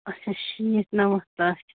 اچھا شیٖتھ نَمَتھ لَچھ